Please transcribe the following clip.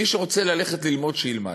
מי שרוצה ללכת ללמוד, שילמד,